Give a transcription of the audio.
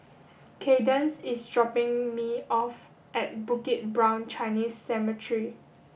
Kadence is dropping me off at Bukit Brown Chinese Cemetery